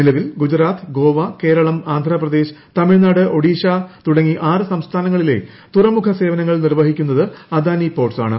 നിലവിൽ ഗുജറാത്ത് ഗോവ ക്ട്രിള് ആന്ധ്രാപ്രദേശ് തമിഴ്നാട് ഒഡീഷ തുടങ്ങി ആറ് സംസ്ഥാനങ്ങളിലെ തുറമുഖ സേവനങ്ങൾ നിർവ്വഹിക്കുന്നത് അദാനി പോർട്ട്സ് ആണ്